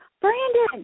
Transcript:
Brandon